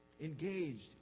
engaged